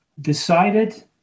decided